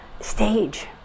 stage